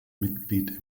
mitglied